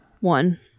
One